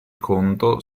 conto